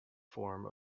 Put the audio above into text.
form